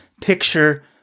picture